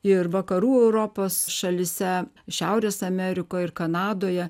ir vakarų europos šalyse šiaurės amerikoj ir kanadoje